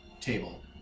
table